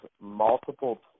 multiple